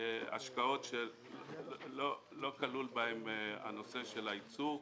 השקעות שלא כלול בהן הנושא של הייצוא.